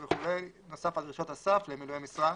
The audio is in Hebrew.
נוסף על דרישות הסף למילוי המשרה,